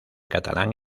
catalán